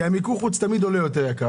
כי מיקור החוץ עולה תמיד יותר יקר.